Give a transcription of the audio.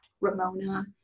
Ramona